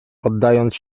oddając